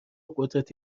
قدرت